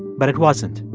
but it wasn't.